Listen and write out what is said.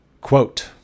Quote